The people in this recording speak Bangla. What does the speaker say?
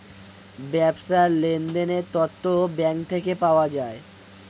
ব্যবসার লেনদেনের তথ্য ব্যাঙ্ক থেকে পাওয়া যায়